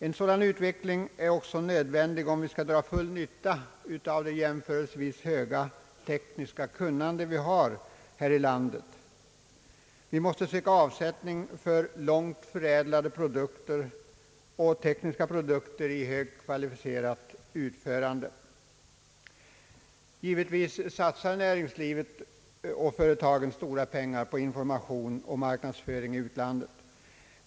En sådan utveckling är också nödvändig om vi skall kunna dra nytta av det jämförelsevis höga tekniska kunnande som vi har. Vi måste söka avsättning för långt förädlade produkter och tekniska produkter i högt kvalificerat utförande. Givetvis satsar näringslivet och föreagen stora pengar på information och marknadsföring i utlandet.